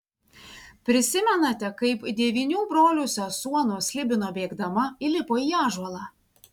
prisimenate kaip devynių brolių sesuo nuo slibino bėgdama įlipo į ąžuolą